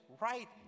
right